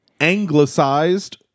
anglicized